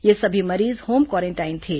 ये सभी मरीज होम क्वारेंटाइन थे